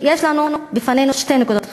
יש לנו לפנינו שתי נקודות חולשה: